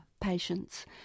patients